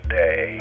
day